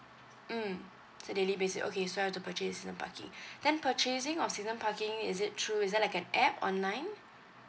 mm the daily visit okay so I have to purchase season parking then purchasing of season parking is it true is there like an app online